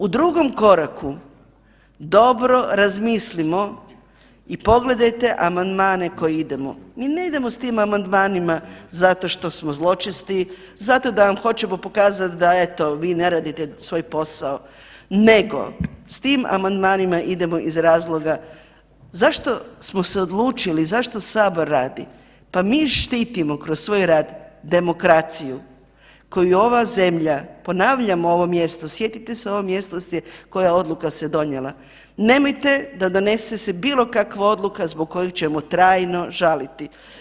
U drugom koraku dobro razmislimo i pogledajte amandmane koje idemo, mi ne idemo s tim amandmanima zato što smo zločesti, zato da vam hoćemo pokazati da eto vi ne radite svoj posao, nego s tim amandmanima idemo iz razloga zašto smo se odlučili, zašto sabor radi, pa mi štitimo kroz svoj rad demokraciju koju ova zemlja, ponavljam ovo mjesto, sjetite se ovo mjesto koja odluka se donijela, nemojte da donese se bilo kakva odluka zbog koje ćemo trajno žaliti.